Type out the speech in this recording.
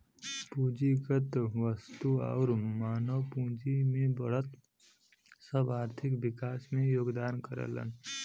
पूंजीगत वस्तु आउर मानव पूंजी में बढ़त सब आर्थिक विकास में योगदान करलन